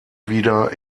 wieder